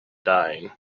dying